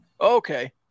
Okay